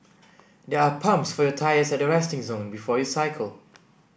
there are pumps for your tyres at the resting zone before you cycle